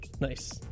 Nice